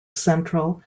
central